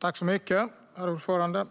Herr talman! I budgetpropositionen